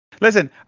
Listen